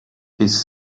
his